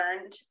learned